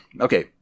okay